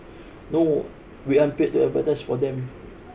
no we aren't paid to advertise for them